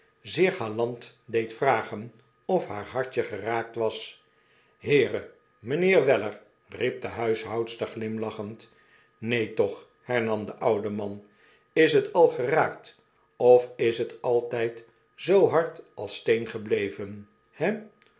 zeer galant deed vragen of haar hartje geraakt was heere mynheer weller r riep de huishoudster glimlachend neen toch hernam de oude man is het al geraakt of is het altyd zoo hard als steen gebleven he